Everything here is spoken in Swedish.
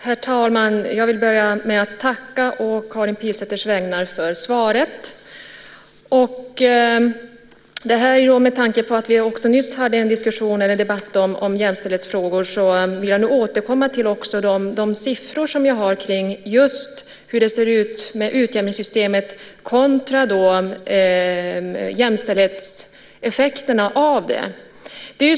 Herr talman! Jag vill börja med att å Karin Pilsäters vägnar tacka för svaret. Med tanke på att vi också nyss hade en debatt om jämställdhetsfrågor vill jag nu återkomma till de siffror jag har kring hur det ser ut med utjämningssystemet och dess jämställdhetseffekter.